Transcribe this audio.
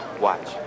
Watch